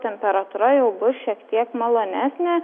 temperatūra jau bus šiek tiek malonesnė